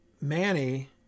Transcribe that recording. Manny